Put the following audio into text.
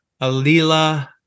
Alila